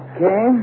Okay